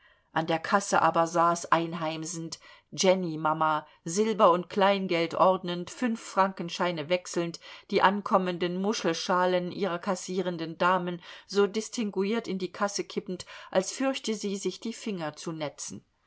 an der kasse aber saß einheimsend jennymama silber und kleingeld ordnend fünffrankenscheine wechselnd die ankommenden muschelschalen ihrer kassierenden damen so distinguiert in die kasse kippend als fürchte sie sich die finger zu netzen